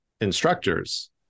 instructors